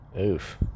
Oof